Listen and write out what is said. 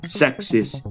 sexist